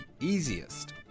easiest